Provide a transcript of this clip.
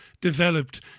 developed